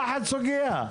וואחד סוגיה...